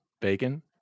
bacon